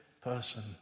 person